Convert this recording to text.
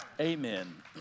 Amen